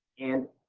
and